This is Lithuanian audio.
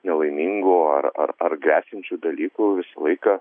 nelaimingų ar ar ar gresiančių dalykų visą laiką